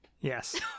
Yes